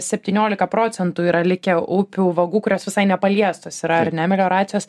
septyniolika procentų yra likę upių vagų kurios visai nepaliestos yra ar ne melioracijos